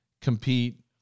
compete